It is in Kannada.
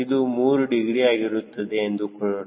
ಅದು 3 ಡಿಗ್ರಿ ಆಗಿರುತ್ತದೆ ಎಂದುಕೊಳ್ಳೋಣ